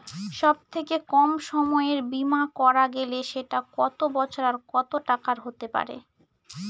সব থেকে কম সময়ের বীমা করা গেলে সেটা কত বছর আর কত টাকার হতে পারে?